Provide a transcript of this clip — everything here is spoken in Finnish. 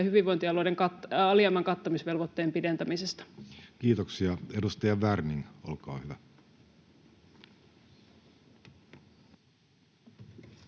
hyvinvointialueiden alijäämän kattamisvelvoitteen pidentämisestä? Kiitoksia. — Edustaja Werning, olkaa hyvä.